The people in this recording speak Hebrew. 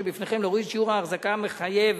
שבפניכם להוריד את שיעור ההחזקה המחייב